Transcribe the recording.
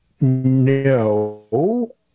no